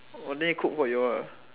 oh then he cook for you all ah